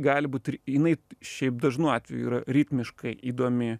gali būt ir jinai šiaip dažnu atveju yra ritmiškai įdomi